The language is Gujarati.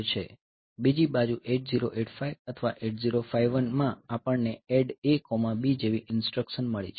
બીજી બાજુ 8085 અથવા 8051 માં આપણને ADD A B જેવી ઇન્સટ્રકશન મળી છે